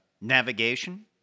navigation